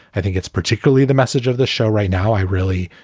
i think it's particularly the message of the show right now. i really,